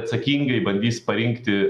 atsakingai bandys parinkti